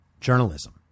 journalism